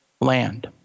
land